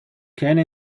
keine